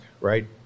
right